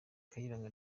kayiranga